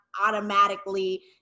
automatically